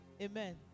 Amen